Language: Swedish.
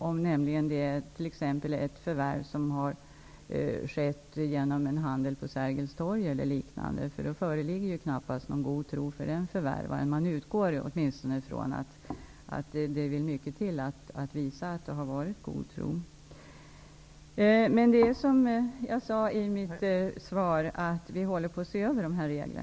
Om det t.ex. gäller ett förvärv som har skett genom handel på Sergels Torg eller på liknande sätt föreligger knappast någon god tro hos förvärvaren. Man utgår åtminstone från att det skall mycket till för att han skall kunna visa att han varit i god tro. Men som jag sade i mitt svar håller vi på att se över dessa regler.